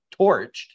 torched